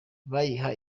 bayiha